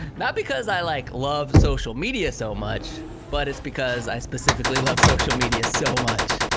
not because i like love social media so much but it's because i specifically love social media so much.